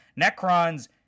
Necrons